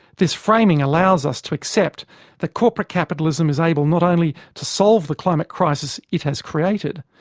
this framing allows us to accept that corporate capitalism is able not only to solve the climate crisis it has created,